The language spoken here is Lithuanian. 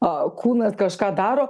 kūnas kažką daro